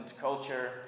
culture